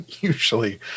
usually